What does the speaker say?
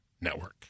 Network